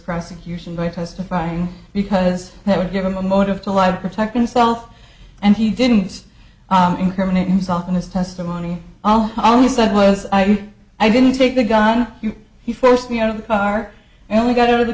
prosecution by testifying because that would give him a motive to lie protect himself and he didn't just incriminate himself in his testimony oh i only said was i mean i didn't take the gun he forced me out of the car and we got out of the